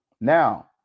Now